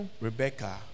Rebecca